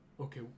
Okay